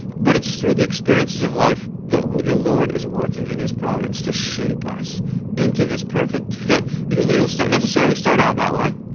but it's through the experiences of life that the lord is working in his providence to shape us into this perfect fit. because we don't necessarily start out that way.